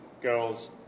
girls